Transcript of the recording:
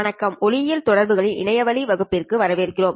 வணக்கம் ஒளியியல் தொடர்புகளின் இணையவழி வகுப்பிற்கு வரவேற்கிறோம்